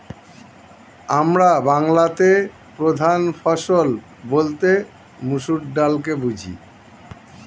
আমরা বাংলাতে প্রধান ফসল বলতে মসুর ডালকে বুঝি